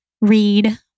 read